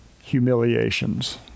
humiliations